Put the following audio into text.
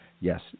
yes